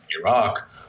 Iraq